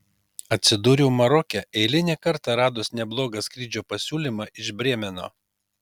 atsidūriau maroke eilinį kartą radus neblogą skrydžio pasiūlymą iš brėmeno